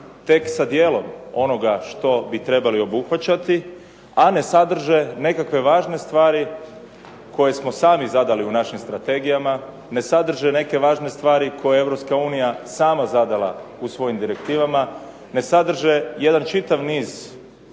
tek sa dijelom onoga što bi trebali obuhvaćati, a ne sadrže nekakve važne stvari koje smo sami zadali u našim strategijama, ne sadrže neke važne stvari koje EU je sama zadala u svojim direktivama, ne sadrže jedan čitav niz